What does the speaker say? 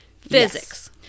Physics